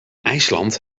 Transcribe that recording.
ijsland